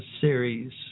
series